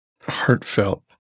heartfelt